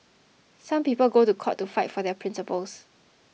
some people go to court to fight for their principles